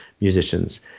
musicians